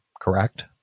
Correct